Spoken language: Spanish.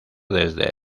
desde